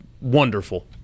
wonderful